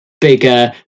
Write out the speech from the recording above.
bigger